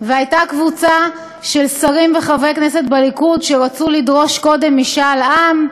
והייתה קבוצה של שרים וחברי כנסת בליכוד שרצו לדרוש קודם משאל עם,